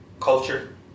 culture